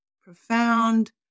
profound